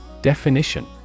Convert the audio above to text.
Definition